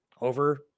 over